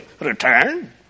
return